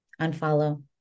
unfollow